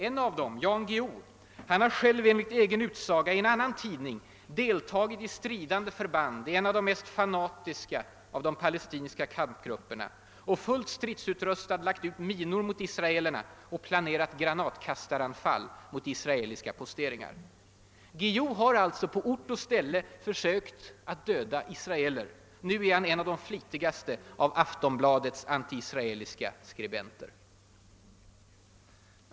En av dem, Jan Guillo, har själv enligt egen uppgift i en annan tidning deltagit i stridande förband i en av de mest fanatiska av de palestinska kampgrupperna och fullt stridsutrustad lagt ut minor mot israelerna samt planerat granatkastaranfall mot israeliska posteringar. Guillo har alltså på ort och ställe deltagit i försök att döda israeler — nu är han en av de flitigaste av Aftonbladets antiisraeliska skribenter.